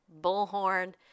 Bullhorn